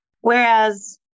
Whereas